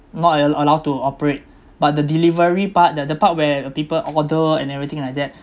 not even allowed to operate but the delivery part the the part where the people order and everything like that